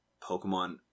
Pokemon